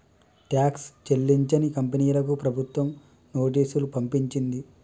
tax చెల్లించని కంపెనీలకు ప్రభుత్వం నోటీసులు పంపించింది